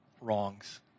wrongs